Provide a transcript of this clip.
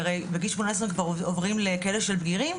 כי הרי בגיל שמונה עשרה כבר עוברים לכלא של בגירים,